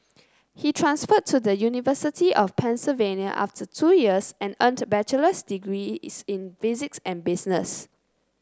he transferred to the University of Pennsylvania after two years and earned bachelor's degrees in physics and business